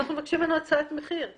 אנחנו רוצים ממנו הצעת מחיר,